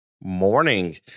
Morning